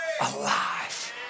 alive